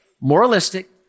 Moralistic